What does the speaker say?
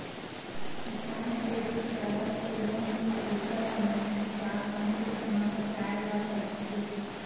किसान credit card के loan के पइसा ल महिना हिसाब म किस्त म पटाए ल परथे